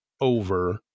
over